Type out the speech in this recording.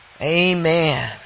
Amen